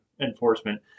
enforcement